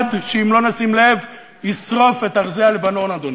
האטד שאם לא נשים לב ישרוף את ארזי הלבנון, אדוני.